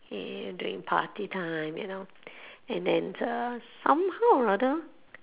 eh during party time you know and then uh somehow or rather